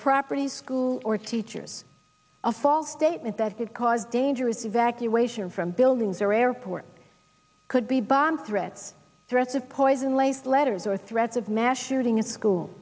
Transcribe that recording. property school or teachers a false statement that could cause dangerous evacuation from buildings or airport could be bomb threats threats of poison laced letters or threats of mass shooting at school